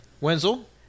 Wenzel